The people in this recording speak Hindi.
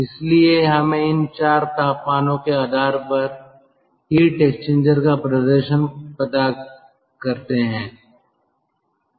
इसलिए हमें इन 4 तापमानों के आधार पर हीट एक्सचेंजर का प्रदर्शन पता करते हैं